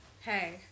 hey